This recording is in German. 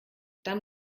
dann